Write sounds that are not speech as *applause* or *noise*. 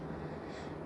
*breath*